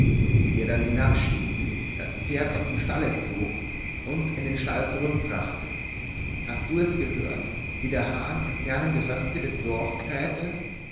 wie er dann hinabstieg das pferd aus dem stalle zog und in den stall zurückbrachte hast du es gehört wie der hahn im fernen gehöfte des dorfes krähte